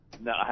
No